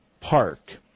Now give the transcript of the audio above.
Park